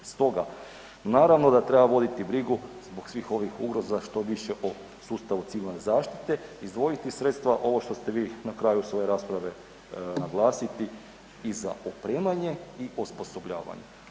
Stoga naravno da treba voditi brigu zbog svih ovih ugroza što više o sustavu civilne zaštite, izdvojiti sredstva ovo što ste vi na kraju svoje rasprave naglasili i za opremanje i osposobljavanje.